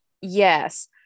Yes